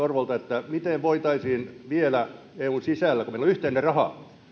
orpolta miten voitaisiin vielä eun sisällä kun meillä on yhteinen raha